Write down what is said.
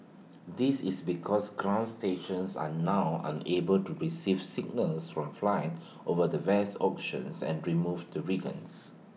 this is because ground stations are now unable to receive signals from flights over the vast oceans and remove the regions